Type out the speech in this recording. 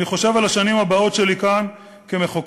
אני חושב על השנים הבאות שלי כאן כמחוקק,